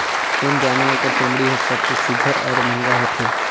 कोन जानवर कर चमड़ी हर सबले सुघ्घर और महंगा होथे?